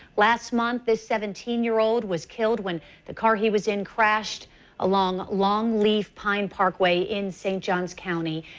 last month this seventeen year old was killed when the car he was in crashed along long leaf pine parkway in st. johns county.